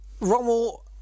Rommel